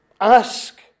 ask